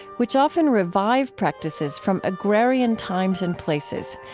which often revive practices from agrarian times and places,